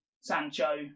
Sancho